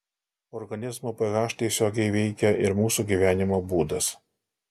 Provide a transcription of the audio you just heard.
organizmo ph tiesiogiai veikia ir mūsų gyvenimo būdas